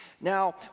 Now